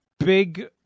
Big